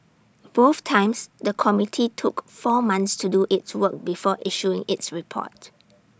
both times the committee took four months to do its work before issuing its report